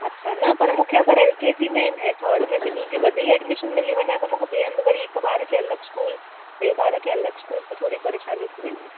अच्छा न पर मूंखे अगरि एल के जी अ में ऐं थर्ड में ॿिन्हीं जी गॾु ई एडमिशन मिली वञे हा त मूंखे ॿिए हंधि वरी हिक ॿार खे अलॻि स्कूल ॿिए ॿार खे अलॻि स्कूल त थोरी परेशानी थी वेंदी